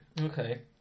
Okay